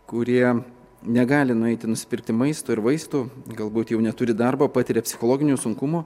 kurie negali nueiti nusipirkti maisto ir vaistų galbūt jau neturi darbo patiria psichologinių sunkumų